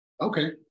Okay